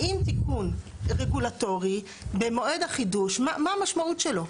האם תיקון רגולטורי במועד החידוש, מה המשמעות שלו?